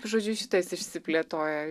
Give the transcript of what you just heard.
žodžiu šitas išsiplėtojo